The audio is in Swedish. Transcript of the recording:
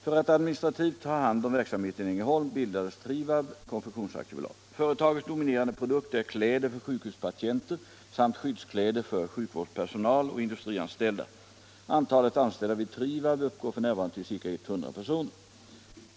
För att administrativt ha hand om verksamheten i Ängelholm bildades Trivab Konfektions AB. Företagets dominerande produkter är kläder för sjukhuspatienter samt skyddskläder för sjukvårdspersonal och industrianställda. Antalet anställda vid Trivab uppgår f.n. till ca 100 personer.